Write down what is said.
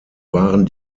waren